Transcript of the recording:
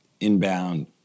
inbound